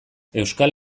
euskal